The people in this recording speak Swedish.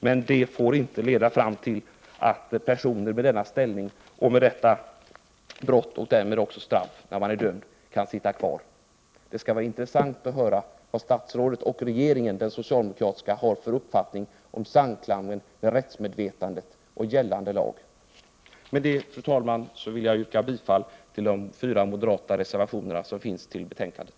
Men det får inte leda till att en person med en sådan ställning, som begått ett brott av detta slag och dömts till straff, kan sitta kvar på sin tjänst. Det skall bli intressant att höra vad statsrådet och den socialdemokratiska regeringen har för uppfattning om gällande lags samklang med rättsmedvetandet. Med det, fru talman, vill jag yrka bifall till de fyra moderata reservationer som fogats till betänkandet.